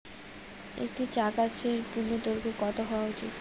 একটি চা গাছের পূর্ণদৈর্ঘ্য কত হওয়া উচিৎ?